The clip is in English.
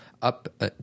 up